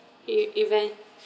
e~ event